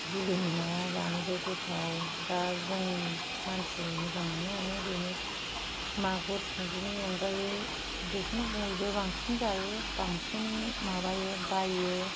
बिलोनि नाया जानोबो गोथाव दा जों मानसि मोजां मोननायानो बेनो मागुर सिंगिनि अनगायै बेखौनो बयबो जायो बांसिन माबायो बाइयो